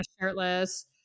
shirtless